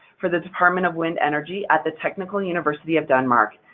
for the department of wind energy at the technical university of denmark.